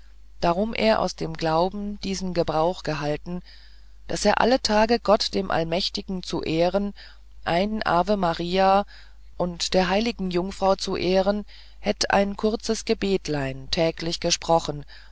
darum er aus dem glauben diesen gebrauch gehalten daß er alle tage gott dem allmächtigen zu ehren ein ave maria und der heiligen jungfrau zu ehren hätt ein kurzes gebetlein täglich versprochen